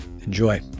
Enjoy